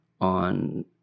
on